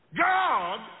God